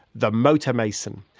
the motor-mason,